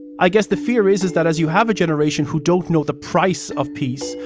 i guess the fear is is that as you have a generation who don't know the price of peace,